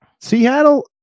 Seattle